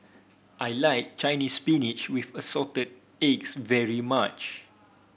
I like Chinese Spinach with Assorted Eggs very much